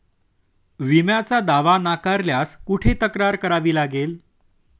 विम्याचा दावा नाकारल्यास कुठे तक्रार करावी लागेल?